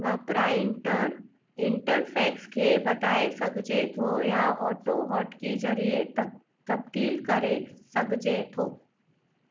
वापराईंदड़ interface खे वधाए सघिजे थो या ऑटोहॉटकी ज़रिए तब तब्दील करे सघिजे थो